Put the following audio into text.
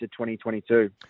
2022